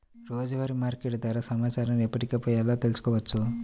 రోజువారీ మార్కెట్ ధర సమాచారాన్ని ఎప్పటికప్పుడు ఎలా తెలుసుకోవచ్చు?